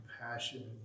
compassion